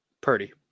Purdy